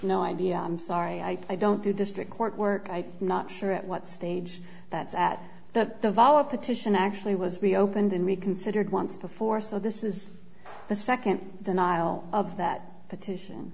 no idea i'm sorry i i don't do district court work i'm not sure at what stage that's at that the valar petition actually was reopened in reconsidered once before so this is the second denial of that petition